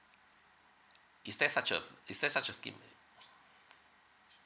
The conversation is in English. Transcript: is there such a is there such a scheme there